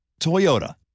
Toyota